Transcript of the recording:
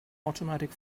automatic